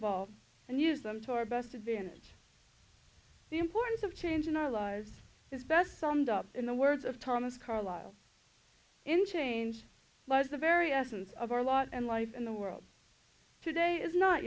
e and use them to our best advantage the importance of change in our lives is best summed up in the words of thomas carlyle in change lies the very essence of our laws and life in the world today is not